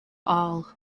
all